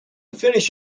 finish